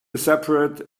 separate